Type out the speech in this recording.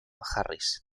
harris